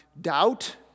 doubt